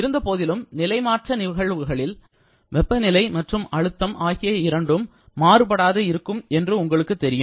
இருந்தபோதிலும் நிலைமாற்று நிகழ்வுகளில் வெப்பநிலை மற்றும் அழுத்தம் ஆகிய இரண்டும் மாறுபாடு இருக்கும் என்று உங்களுக்கு தெரியும்